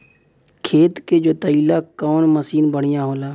खेत के जोतईला कवन मसीन बढ़ियां होला?